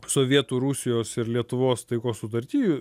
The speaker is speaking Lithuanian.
sovietų rusijos ir lietuvos taikos sutarty